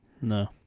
No